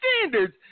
standards